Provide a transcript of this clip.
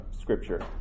scripture